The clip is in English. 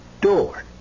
door